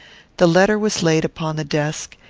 the letter was laid upon the desk,